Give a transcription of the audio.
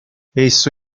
esso